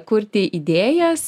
kurti idėjas